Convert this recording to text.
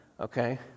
okay